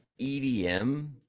EDM